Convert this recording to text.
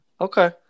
Okay